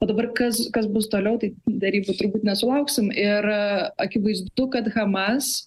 o dabar kas kas bus toliau tai derybų turbūt nesulauksim ir akivaizdu kad hamas